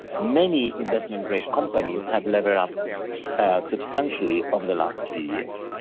many investment great companies have leveled up substantially over the last few years.